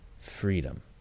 freedom